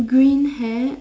green haired